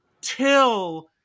till